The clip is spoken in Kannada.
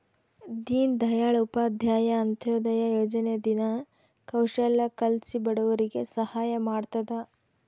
ದೀನ್ ದಯಾಳ್ ಉಪಾಧ್ಯಾಯ ಅಂತ್ಯೋದಯ ಯೋಜನೆ ದಿನ ಕೌಶಲ್ಯ ಕಲ್ಸಿ ಬಡವರಿಗೆ ಸಹಾಯ ಮಾಡ್ತದ